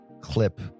clip